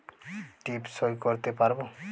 টিপ সই করতে পারবো?